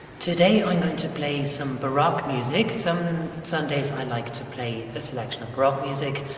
today i'm going to play some baroque music. some sundays i like to play the selection of baroque music,